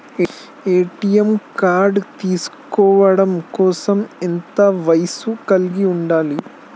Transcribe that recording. ATM card తీసుకోవడం కోసం ఎంత వయస్సు కలిగి ఉండాలి?